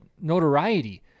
notoriety